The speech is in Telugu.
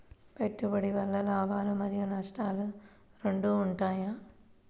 పెట్టుబడి వల్ల లాభాలు మరియు నష్టాలు రెండు ఉంటాయా?